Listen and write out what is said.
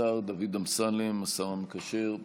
השר דוד אמסלם, השר המקשר.